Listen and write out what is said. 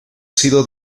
sido